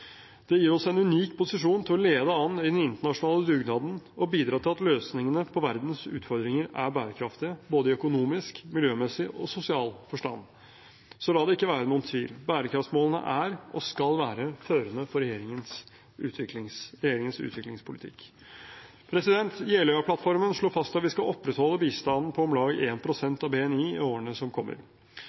Det gir oss en unik posisjon til å lede an i den internasjonale dugnaden og bidra til at løsningene på verdens utfordringer er bærekraftige, både i økonomisk, miljømessig og sosial forstand. Så la det ikke være noen tvil: Bærekraftsmålene er, og skal være, førende for regjeringens utviklingspolitikk. Jeløya-plattformen slår fast at vi skal opprettholde bistanden på om lag 1 pst. av BNI i årene som kommer.